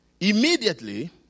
Immediately